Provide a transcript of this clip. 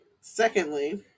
Secondly